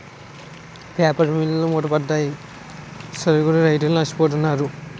paper మిల్లులు మూతపడిపోయి సరుగుడు రైతులు నష్టపోతున్నారు